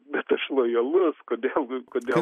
bet aš lojalus kodėl gi kodėl